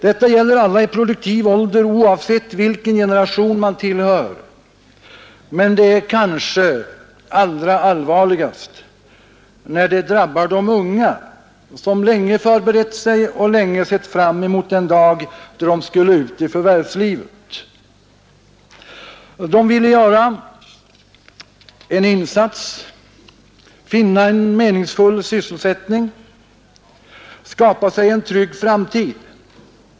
Detta gäller alla i produktiv ålder oavsett vilken generation man tillhör, men det är kanske allra allvarligast när det drabbar de unga som länge förberett sig och länge sett fram mot den dag då de skulle ut i förvärvslivet. De vill göra en insats, finna en meningsfull sysselsättning och skapa sig en trygg framtid.